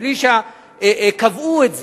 מבלי שקבעו את זה,